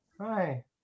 Hi